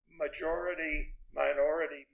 majority-minority